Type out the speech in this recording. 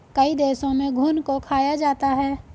कई देशों में घुन को खाया जाता है